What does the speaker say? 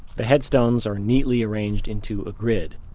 the headstones are neatly arranged into a grid.